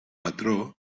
patró